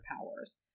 powers